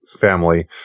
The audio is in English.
family